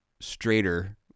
straighter